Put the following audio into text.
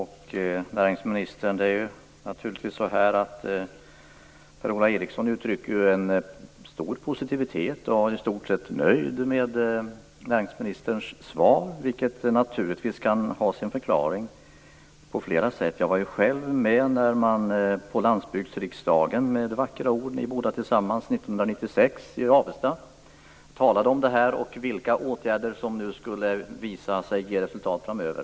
Herr talman! Per-Ola Eriksson uttrycker en stark positivitet och är i stort sett nöjd med näringsministerns svar, vilket ju kan förklaras på flera sätt. Jag var själv med när de båda tillsammans på Landbygdsriksdagen 1996 i Avesta använde vackra ord om åtgärder som skulle ge resultat framöver.